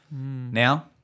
Now